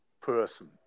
person